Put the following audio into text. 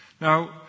Now